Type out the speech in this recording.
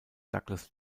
douglas